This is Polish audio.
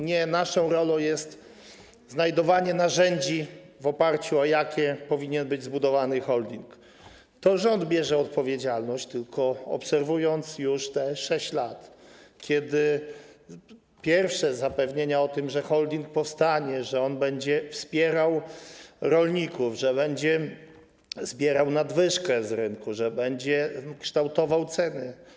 Nie naszą rolą jest znajdowanie narzędzi, w oparciu o jakie powinien być zbudowany holding, bo to rząd bierze za to odpowiedzialność, tylko obserwując to już przez te 6 lat, kiedy były pierwsze zapewnienia o tym, że holding powstanie, że on będzie wspierał rolników, że będzie zbierał nadwyżkę z rynku, że będzie kształtował ceny.